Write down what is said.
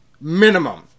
minimum